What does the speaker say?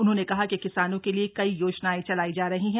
उन्होंने कहा कि किसानों के लिए कई योजनाएं चलाई जा रही हैं